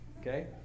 Okay